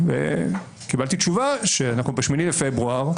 קיבלתי תשובה שאנחנו ב-8 לפברואר,